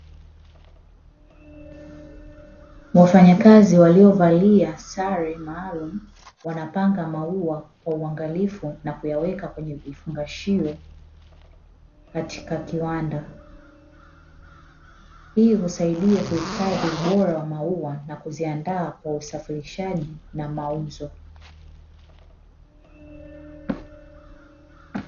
Wafanyakazi waliovalia sare maalum wanapanga maua kwa uangalifu na kuyaweka kwenye vifungashio katika kiwanda. Hii husaidia kuhifadhi ubora wa maua na kuziandaa kwa usafirishaji na mauzo.